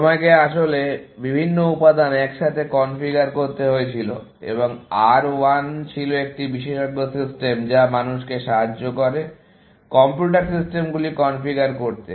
তোমাকে আসলে বিভিন্ন উপাদান একসাথে কনফিগার করতে হয়েছিল এবং R 1 ছিল একটি বিশেষজ্ঞ সিস্টেম যা মানুষকে সাহায্য করে কম্পিউটার সিস্টেমগুলি কনফিগার করতে